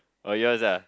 oh yours ah